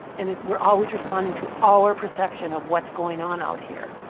and we're always responding to our perception of what's going on out here.